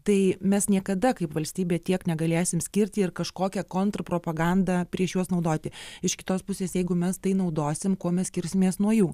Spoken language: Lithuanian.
tai mes niekada kaip valstybė tiek negalėsim skirti ir kažkokią kontrpropagandą prieš juos naudoti iš kitos pusės jeigu mes tai naudosim kuo mes skirsimės nuo jų